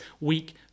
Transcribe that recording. weak